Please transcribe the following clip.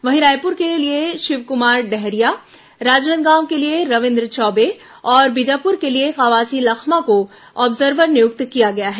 वहीं रायपुर के लिए शिवकुमार डहरिया राजनांदगांव के लिए रविंद्र चौबे और बीजापुर के लिए कवासी लखमा को आब्जर्वर नियुक्त किया गया है